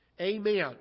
Amen